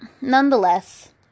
nonetheless